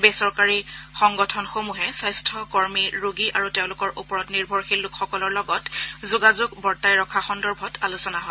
বেচৰকাৰী সংগঠনসমূহ স্বাস্থকৰ্মী ৰোগী আৰু তেওঁলোকৰ ওপৰত নিৰ্ভৰশীল লোকসকলৰ লগত যোগাযোগ বৰ্তাই ৰখা সন্দৰ্ভত আলোচনা হয়